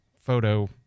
photo